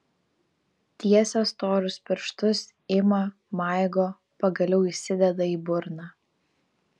tiesia storus pirštus ima maigo pagaliau įsideda į burną